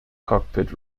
cockpit